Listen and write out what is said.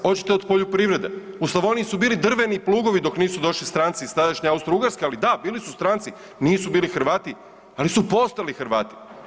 Hoćete od poljoprivrede, u Slavoniji su bili drveni plugovi dok nisu došli stranci iz tadašnje Austro-Ugarske, ali da, bili su stranci, nisu bili Hrvati, ali su postali Hrvati.